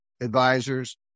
advisors